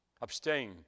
abstain